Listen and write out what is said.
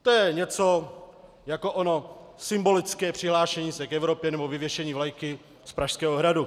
To je něco jako ono symbolické přihlášení se k Evropě nebo vyvěšení vlajky z Pražského hradu.